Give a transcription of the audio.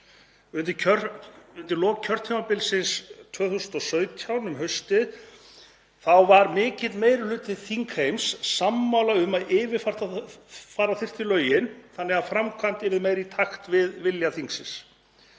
lok kjörtímabilsins 2017, um haustið, var mikill meiri hluti þingheims sammála um að yfirfara þyrfti lögin þannig að framkvæmd yrði meira í takt við vilja þingsins.